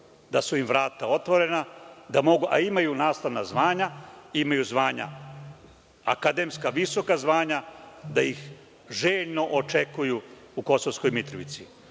da su im vrata otvorena, a imaju nastavna zvanja, imaju akademska i visoka zvanja, da ih željno očekuju u Kosovskoj Mitrovici,